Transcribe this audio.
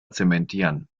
zementieren